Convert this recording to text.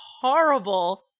horrible